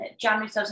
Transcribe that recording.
January